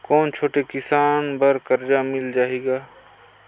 कौन छोटे किसान बर कर्जा मिल पाही ग?